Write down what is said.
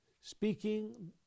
speaking